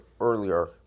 earlier